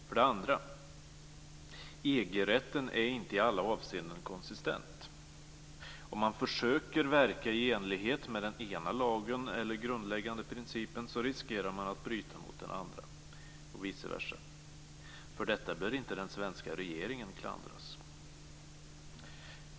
För det andra: EG-rätten är inte i alla avseenden konsistent. Om man försöker verka i enlighet med den ena lagen eller grundläggande principen riskerar man att bryta mot den andra och vice versa. För detta bör inte den svenska regeringen klandras.